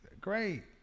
Great